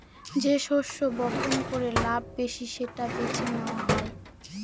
যে শস্য বপন করে লাভ বেশি সেটা বেছে নেওয়া হয়